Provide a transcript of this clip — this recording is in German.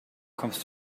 kommst